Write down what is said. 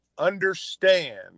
understand